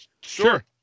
Sure